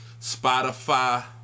Spotify